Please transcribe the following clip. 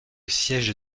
siège